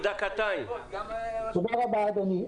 תודה רבה, אדוני.